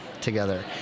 together